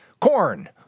corn